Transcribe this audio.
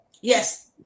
Yes